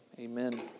Amen